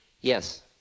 Yes